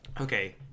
okay